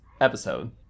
episode